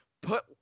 put